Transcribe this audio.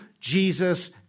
Jesus